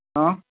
ہاں